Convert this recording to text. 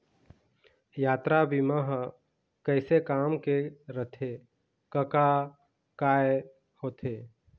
यातरा बीमा ह कइसे काम के रथे कका काय होथे?